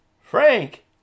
frank